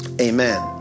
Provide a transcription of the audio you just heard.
Amen